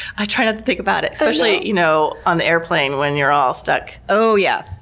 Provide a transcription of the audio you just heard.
i try not to think about it. especially you know on the airplane, when you're all stuck. oh, yeah.